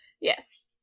Yes